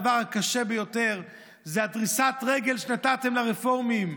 הדבר הקשה ביותר זה דריסת הרגל שנתתם לרפורמים,